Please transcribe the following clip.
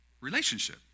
Relationship